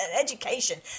education